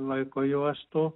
laiko juostų